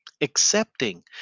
accepting